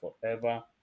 forever